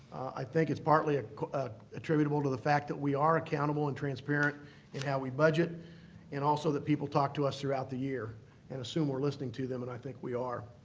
i think it's partly ah ah attributable to the fact that we are accountable and transparent in how we budget and also that people talk to us throughout the year and assume we're listening to them, and i think we are.